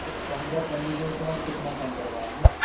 sir पंद्रह candidate हैं और कितना कम करवाओगे